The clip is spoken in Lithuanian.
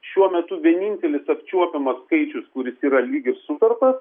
šiuo metu vienintelis apčiuopiamas skaičius kuris yra lyg ir sutartas